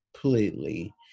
completely